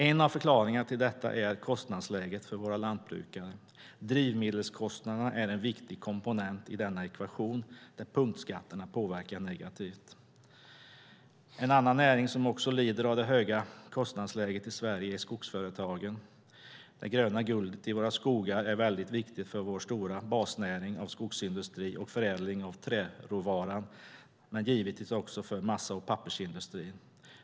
En av förklaringarna till detta är kostnadsläget för våra lantbrukare. Drivmedelskostnaderna är en viktig komponent i denna ekvation där punktskatterna påverkar negativt. En annan näring som lider av det höga kostnadsläget i Sverige är skogsföretagen. Det gröna guldet i våra skogar är väldigt viktigt för vår stora basnäring av skogsindustri och förädling av trädråvaran men givetvis också för massa och pappersindustrin.